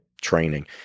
training